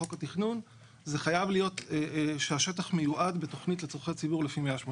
זה חייב להיות שהשטח מיועד לצורכי ציבור לפני כן.